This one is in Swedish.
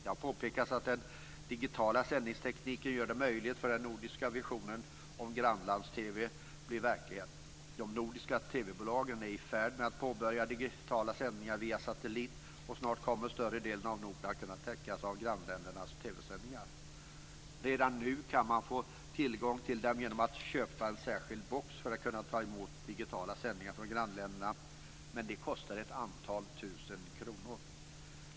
Det har påpekats att den digitala sändningstekniken gör det möjligt att göra verklighet av den nordiska visionen om grannlands-TV. De nordiska TV-bolagen är i färd med att börja påbörja digitala sändningar via satellit. Snart kommer större delen av Norden att täckas av grannländernas TV-sändningar. Redan nu går det att få tillgång till dem genom att köpa en särskild box för att kunna ta emot digitala sändningar från grannländerna, men det kostar flera tusen kronor.